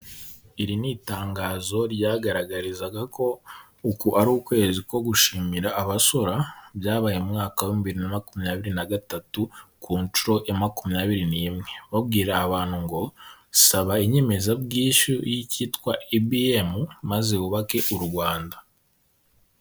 Iri ni itangazo ryagaragazaga ko, uku ari ukwezi ko gushimira abasora, byabaye mu mwaka w'ibihumbi bibiri na makumyabiri na gatatu, ku nshuro ya makumyabiri n'imwe. Babwira abantu ngo, saba inyemezabwishyu y'ikitwa EBM, maze wubake u Rwanda.